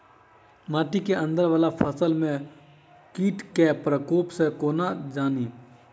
माटि केँ अंदर वला फसल मे कीट केँ प्रकोप केँ कोना जानि?